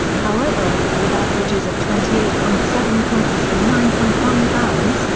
however, with averages of twenty eight point seven points and nine point one rebounds,